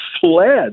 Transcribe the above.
fled